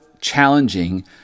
challenging